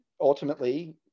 ultimately